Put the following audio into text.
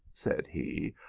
said he,